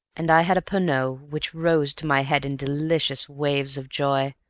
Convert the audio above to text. and i had a pernod, which rose to my head in delicious waves of joy.